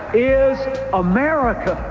is america.